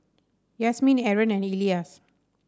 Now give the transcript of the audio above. Yasmin Aaron and Elyas